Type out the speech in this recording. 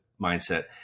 mindset